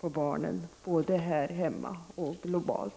på barnen både här hemma och globalt.